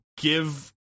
give